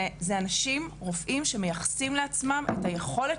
אלה רופאים שמייחסים לעצמם את היכולת